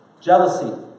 jealousy